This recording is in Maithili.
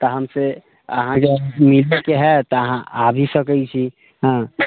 तहन फेर अहाँ आबि सकै छी हँ